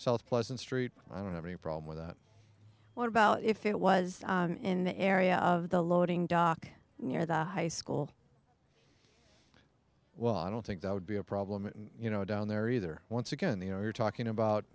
it pleasant street i don't have any problem with that what about if it was in the area of the loading dock near the high school well i don't think that would be a problem and you know down there either once again you know you're talking about